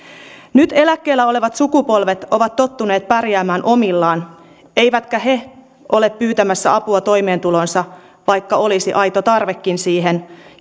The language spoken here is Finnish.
nyt eläkkeellä olevat sukupolvet ovat tottuneet pärjäämään omillaan eivätkä he ole pyytämässä apua toimeentuloonsa vaikka olisi aito tarvekin siihen